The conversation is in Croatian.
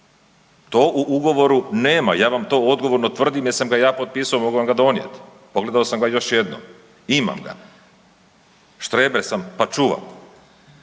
To u ugovoru nema, ja vam to odgovorno tvrdim jer sam ga ja potpisao, mogu vam ga donijeti, pogledao sam ga još jednom. Imam ga. Štreber sam pa čuvam.